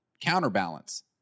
counterbalance